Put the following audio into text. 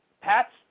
Pat's